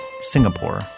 Singapore